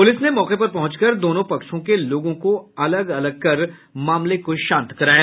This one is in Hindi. पुलिस ने मौके पर पहुंचकर दोनों पक्षों के लोगों को अलग अलग कर मामले को शांत कराया